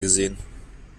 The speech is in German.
gesehen